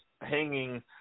hanging